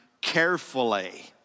carefully